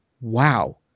wow